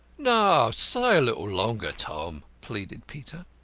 no, stay a little longer, tom, pleaded peter.